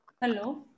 hello